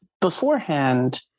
beforehand